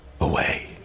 away